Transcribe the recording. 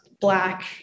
black